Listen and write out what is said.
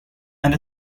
and